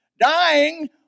Dying